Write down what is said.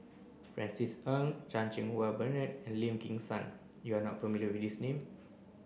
Francis Ng Chan Cheng Wah Bernard and Lim Kim San you are not familiar with these name